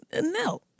No